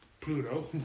Pluto